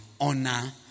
honor